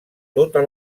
tota